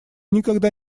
никогда